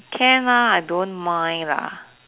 can lah I don't mind lah